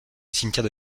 cimetière